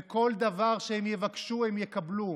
וכל דבר שהם יבקשו הם יקבלו.